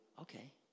okay